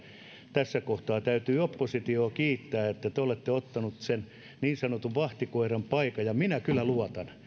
tässä kohtaa täytyy oppositiota kiittää että te te olette ottaneet sen niin sanotun vahtikoiran paikan ja minä kyllä luotan